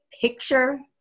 picture